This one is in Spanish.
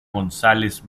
gonzález